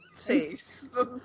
taste